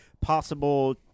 possible